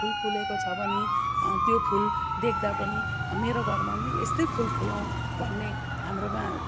फुल फुलेको छ भने त्यो फुल देख्दा पनि मेरो घरमा पनि यस्तै फुल फुलाउँ भन्ने हाम्रोमा